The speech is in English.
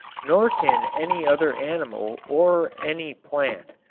nor can any other animal or any plant.